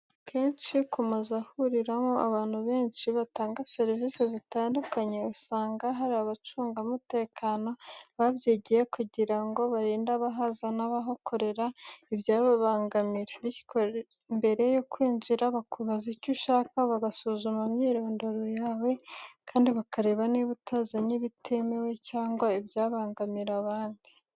Akenshi ku mazu ahuriraho abantu benshi batanga serivisi zitandukanye, usanga hari abacungamutekano babyigiye kugira ngo barinde abahaza n'abahakorera ibyababangamira. Bityo, mbere yo kwinjira, bakubaza icyo ushaka, bagasuzuma imyirondoro yawe, kandi bakareba niba utazanye ibitemewe cyangwa ibyabangamira abandi.